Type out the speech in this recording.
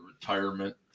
retirement